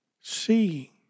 see